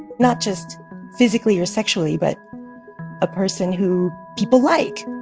and not just physically or sexually, but a person who people like